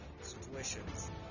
situations